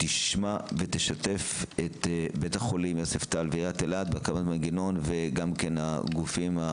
תשמע ותשתף בהקמת המנגנון את בית החולים יוספטל,